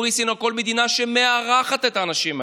קפריסין או כל מדינה שמארחת את האנשים האלה.